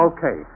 Okay